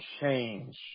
change